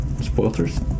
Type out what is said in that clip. Spoilers